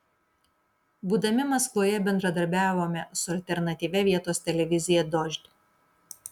būdami maskvoje bendradarbiavome su alternatyvia vietos televizija dožd